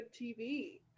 TV